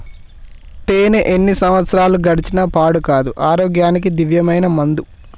తేనే ఎన్ని సంవత్సరాలు గడిచిన పాడు కాదు, ఆరోగ్యానికి దివ్యమైన మందు